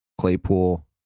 Claypool